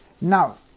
Now